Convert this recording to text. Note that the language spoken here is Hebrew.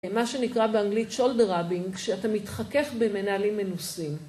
מה שנקרא באנגלית shoulder rubbing, כשאתה מתחכך במנהלים מנוסים.